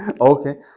Okay